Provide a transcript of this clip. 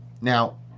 Now